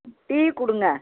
tea கொடுங்க